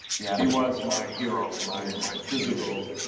yeah. he was my hero, my and my physical.